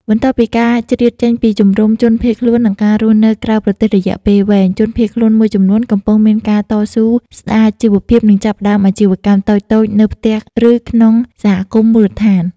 បន្ទាប់ពីការជ្រៀតចេញពីជំរំជនភៀសខ្លួន និងការរស់នៅក្រៅប្រទេសរយៈពេលវែង ជនភៀសខ្លួនមួយចំនួនកំពុងមានការតស៊ូស្តារជីវភាព និងចាប់ផ្តើមអាជីវកម្មតូចៗនៅផ្ទះឬក្នុងសហគមន៍មូលដ្ឋាន។